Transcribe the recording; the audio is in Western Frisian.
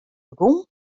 begûn